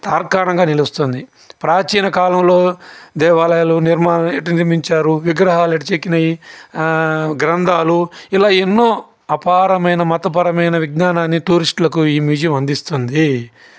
తార్కాణంగా నిలుస్తుంది ప్రాచీన కాలంలో దేవాలయాలు నిర్మాణాలు వీటిని నిర్మించారు విగ్రహాలు ఎట్ట చెక్కినయి గ్రంధాలు ఇలా ఎన్నో అపారమైన మతపరమైన విజ్ఞానాన్ని టూరిస్టులకు ఈ మ్యూజియం అందిస్తుంది